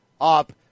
up